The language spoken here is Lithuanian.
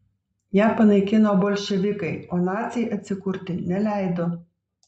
ją panaikino bolševikai o naciai atsikurti neleido